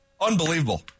Unbelievable